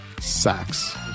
Sacks